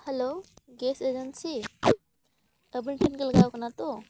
hello gas agency ᱟᱵᱤᱱ ᱴᱷᱮᱱ ᱜᱮ ᱞᱟᱜᱟᱣ ᱟᱠᱟᱱᱟ ᱛᱳ